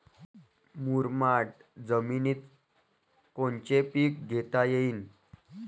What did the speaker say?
मुरमाड जमिनीत कोनचे पीकं घेता येईन?